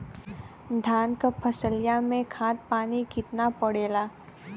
धान क फसलिया मे खाद पानी कितना पड़े ला?